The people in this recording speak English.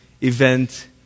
event